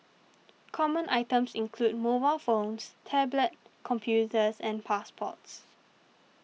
common items include mobile phones tablet computers and passports